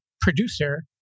producer